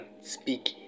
speak